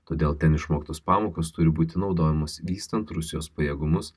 todėl ten išmoktos pamokos turi būti naudojamos vystant rusijos pajėgumus